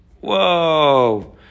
Whoa